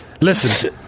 listen